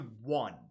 one